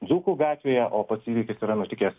dzūkų gatvėje o pats įvykis yra nutikęs